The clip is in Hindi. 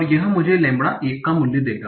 और यह मुझे लैम्ब्डा 1 का मूल्य देगा